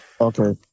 Okay